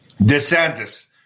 DeSantis